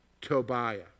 Tobiah